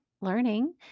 learning